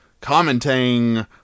commenting